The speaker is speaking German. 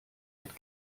mit